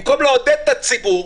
במקום לעודד את הציבור,